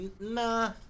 nah